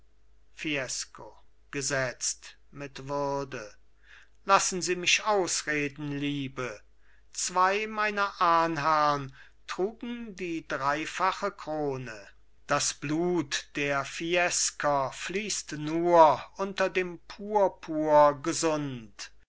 fiesco gesetzt mit würde lassen sie mich ausreden liebe zwei meiner ahnherrn trugen die dreifache krone das blut der fiescer fließt nur unter dem purpur gesund